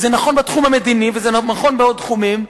וזה נכון בתחום המדיני וזה נכון בעוד תחומים,